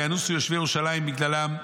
וינוסו יושבי ירושלים בגללם,